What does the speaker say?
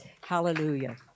Hallelujah